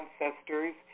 ancestors